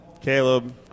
Caleb